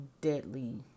deadly